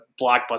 blockbuster